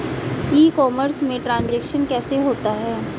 ई commerce में transaction कैसे होता है?